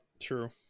true